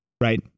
right